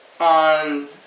On